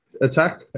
attack